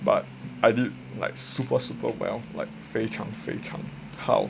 but I did like super super well like 非常非常好